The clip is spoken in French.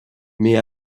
mais